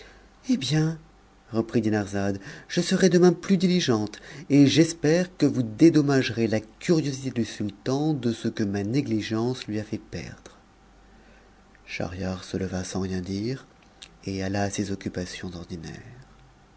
hé bien reprit dinarzade je serai demain plus diligente et j'espère que vous dédommagerez la curiosité du sultan de ce que ma négligence lui a fait perdre schahriar se leva sans rien dire et alla à ses occupations ordinaires